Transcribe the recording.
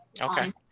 Okay